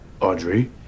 Audrey